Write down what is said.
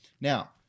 Now